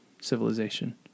civilization